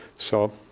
so,